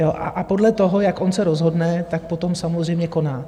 A podle toho, jak on se rozhodne, tak potom samozřejmě koná.